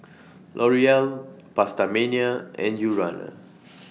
L'Oreal PastaMania and Urana